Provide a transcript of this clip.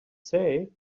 say